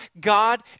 God